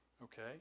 Okay